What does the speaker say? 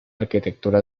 arquitectura